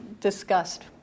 discussed